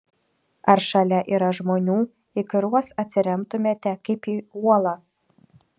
ar šalia yra žmonių į kuriuos atsiremtumėte kaip į uolą